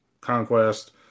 conquest